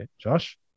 Josh